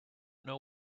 know